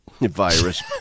virus